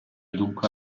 dunque